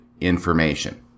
information